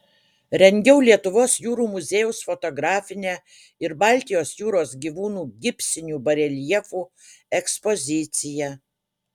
rengiau lietuvos jūrų muziejaus fotografinę ir baltijos jūros gyvūnų gipsinių bareljefų ekspoziciją